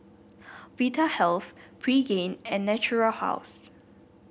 Vitahealth Pregain and Natura House